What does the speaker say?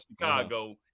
Chicago